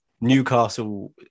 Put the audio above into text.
Newcastle